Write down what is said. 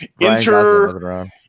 enter